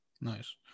Nice